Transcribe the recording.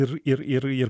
ir ir ir ir